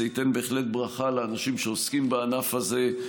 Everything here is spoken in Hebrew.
זה ייתן בהחלט ברכה לאנשים שעוסקים בענף הזה.